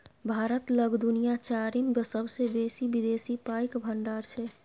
भारत लग दुनिया चारिम सेबसे बेसी विदेशी पाइक भंडार छै